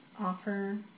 offer